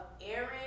aaron